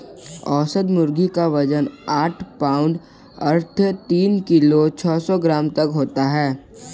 औसत मुर्गी क वजन आठ पाउण्ड अर्थात तीन किलो छः सौ ग्राम तक होता है